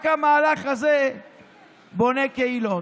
רק המהלך הזה בונה קהילות,